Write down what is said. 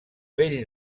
vell